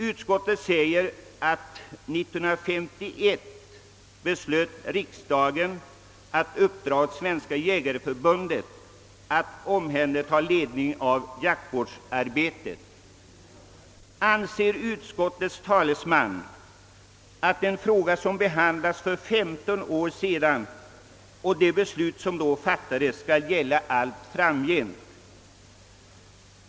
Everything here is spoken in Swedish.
Utskottet säger att riksdagen 1951 beslöt att uppdraga åt Svenska jägareförbundet att omhänderha ledningen av jaktvårdsarbetet. Anser utskottets talesman att ett beslut som fattats i en fråga för 15 år sedan skall gälla allt framgent?